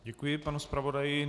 Děkuji panu zpravodaji.